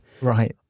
Right